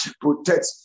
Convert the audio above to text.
protect